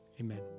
amen